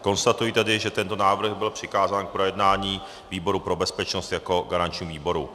Konstatuji tedy, že tento návrh byl přikázán k projednání výboru pro bezpečnost jako garančnímu výboru.